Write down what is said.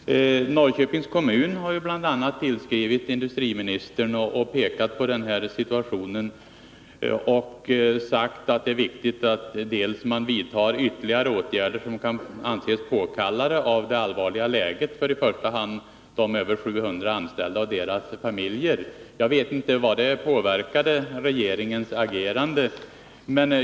Herr talman! Norrköpings kommun har tillskrivit industriministern och pekat på den uppkomna situationen. Kommunen har då framhållit att det är viktigt att man vidtar de ytterligare åtgärder som kan anses påkallade av det allvarliga läget för i första hand de över 700 anställda och deras familjer. Jag vet inte hur det har påverkat regeringens agerande.